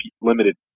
limited